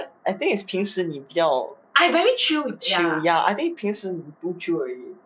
I think is 平时你比较 mm ya I think 平时你 too chill already